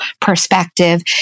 perspective